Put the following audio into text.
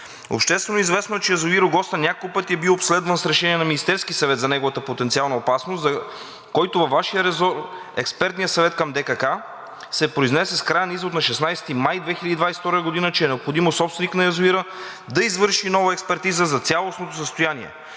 Обществено известно е, че язовир „Огоста“ няколко пъти е бил обследван с решение на Министерския съвет за неговата потенциална опасност, за който във вашия ресор Експертният съвет към ДКК се произнесе с краен извод на 16 май 2022 г., че е необходимо собственикът на язовира да извърши нова експертиза за цялостното състояние